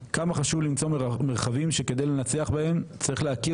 כמה חשוב למצוא מרחבים שכדי לנצח בהם צריך להכיר